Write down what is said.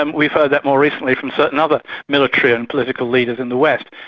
um we've heard that more recently from certain other military and political leaders in the west.